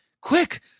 Quick